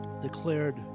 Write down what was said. declared